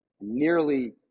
Nearly